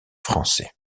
français